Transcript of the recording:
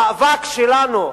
המאבק שלנו,